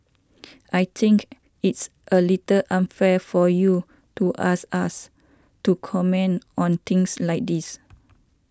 I think it's a little unfair for you to ask us to comment on things like this